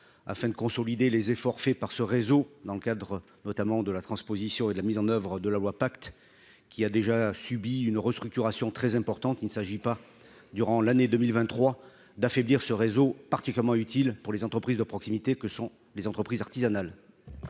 afin de consolider les efforts faits par ce réseau dans le cadre notamment de la transposition et de la mise en oeuvre de la loi, pacte qui a déjà subi une restructuration très importante, il ne s'agit pas durant l'année 2023 d'affaiblir ce réseau particulièrement utile pour les entreprises de proximité que sont les entreprises artisanales.